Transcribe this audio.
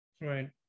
Right